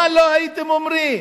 מה לא הייתם אומרים?